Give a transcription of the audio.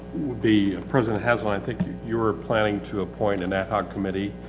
be, president haslund, i think you were planning to appoint an ad hoc committee.